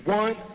one